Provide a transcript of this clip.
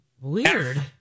weird